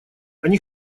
они